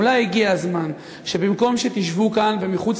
אולי הגיע הזמן שבמקום שתשבו כאן ומחוץ